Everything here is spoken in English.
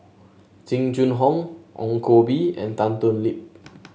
Jing Jun Hong Ong Koh Bee and Tan Thoon Lip